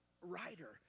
writer